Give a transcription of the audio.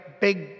big